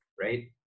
right